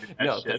no